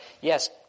yes